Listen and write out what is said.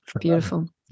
Beautiful